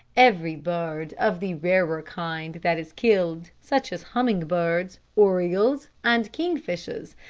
every bird of the rarer kinds that is killed, such as humming birds, orioles and kingfishers,